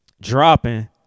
dropping